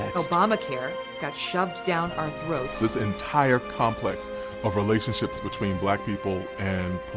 obamacare got shoved down our throats. this entire complex of relationships between black people and